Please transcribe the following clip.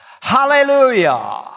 hallelujah